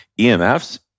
EMFs